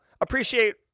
appreciate